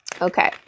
Okay